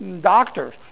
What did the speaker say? doctors